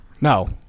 no